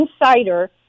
insider